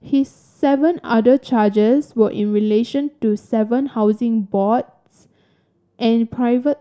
his seven other charges were in relation to seven Housing Boards and private